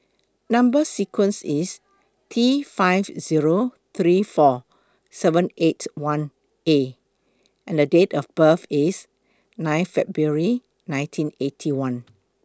Number sequence IS T five Zero three four seven eight one A and Date of birth IS nine February nineteen Eighty One